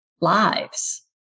lives